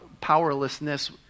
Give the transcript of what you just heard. powerlessness